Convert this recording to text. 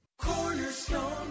cornerstone